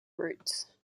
roots